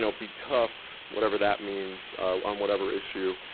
so be tough, whatever that means on whatever issue,